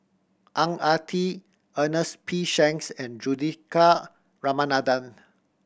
Ang Ah Tee Ernest P Shanks and Juthika Ramanathan